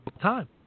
time